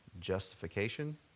justification